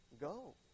Go